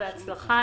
בהצלחה.